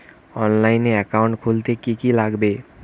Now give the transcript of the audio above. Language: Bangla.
অনলাইনে একাউন্ট খুলতে কি কি লাগবে?